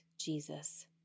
Jesus